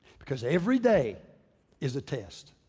because every day is a test.